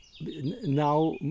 Now